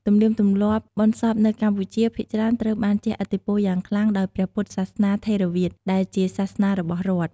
ទំនៀមទម្លាប់បុណ្យសពនៅកម្ពុជា ភាគច្រើនត្រូវបានជះឥទ្ធិពលយ៉ាងខ្លាំងដោយព្រះពុទ្ធសាសនាថេរវាទ ដែលជាសាសនារបស់រដ្ឋ។